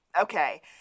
okay